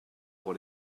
pour